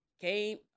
came